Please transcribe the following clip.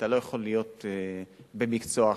אתה לא יכול להיות במקצוע אחר.